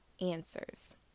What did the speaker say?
answers